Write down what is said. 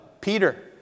Peter